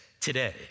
today